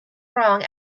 wrong